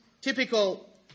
typical